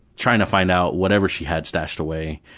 trying to find out whatever she had stashed away.